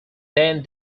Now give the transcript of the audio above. then